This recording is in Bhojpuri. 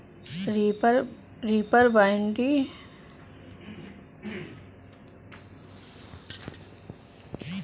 रीपर बाइंडर खेती क एक औजार होला